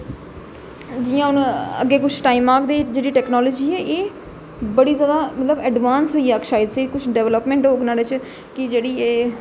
जियां हून अग्गे कुछ टाइम आग ते जेहड़ी टेक्नोलाॅजी ऐ एह् बड़ी ज्यादा मतलब एंडवास होई जाग डिवैलप होग न्हाड़े च कि जेहड़ी ऐ